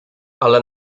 ale